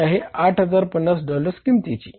ती आहे 8050 डॉलर्स किंमतीची